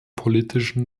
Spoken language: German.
politischen